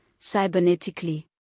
cybernetically